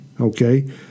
Okay